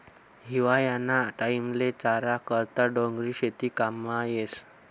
हिवायाना टाईमले चारा करता डोंगरी शेती काममा येस